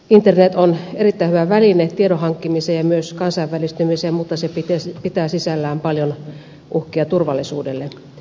internet on erittäin hyvä väline tiedon hankkimiseen ja myös kansainvälistymiseen mutta se pitää sisällään paljon uhkia turvallisuudelle